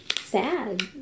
sad